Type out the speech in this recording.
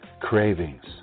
Cravings